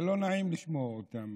זה לא נעים לשמוע אותם.